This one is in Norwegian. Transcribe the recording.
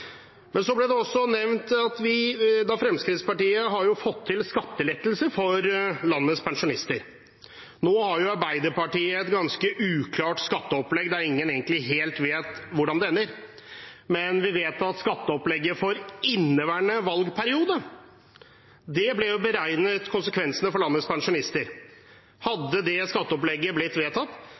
Fremskrittspartiet har jo fått til skattelettelse for landets pensjonister. Nå har jo Arbeiderpartiet et ganske uklart skatteopplegg, der ingen egentlig helt vet hvordan det ender. Men konsekvensene av det skatteopplegget for landets pensjonister, for inneværende valgperiode, ble jo beregnet, og hadde det skatteopplegget blitt vedtatt,